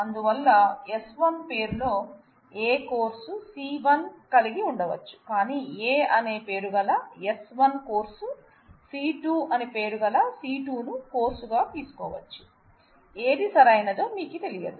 అందువల్ల S 1 పేరు లో A కోర్సు C 1 ను కలిగి ఉండవచ్చు కానీ A అనే పేరు గల S 1 కోర్సు C 2 అనే పేరు గల C 2 ను కోర్సు కు తీసుకోవచ్చు ఏది సరైనదో మీకు తెలియదు